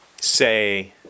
say